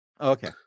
okay